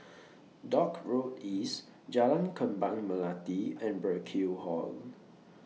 Dock Road East Jalan Kembang Melati and Burkill Hall